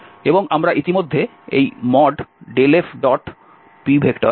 এবং আমরা ইতিমধ্যে এই ∇fp2z গণনা করেছি